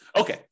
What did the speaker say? Okay